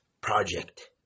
project